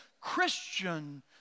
Christian